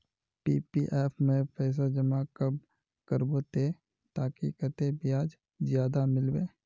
PPF में पैसा जमा कब करबो ते ताकि कतेक ब्याज ज्यादा मिलबे?